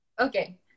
Okay